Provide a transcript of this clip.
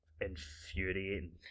infuriating